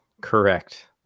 Correct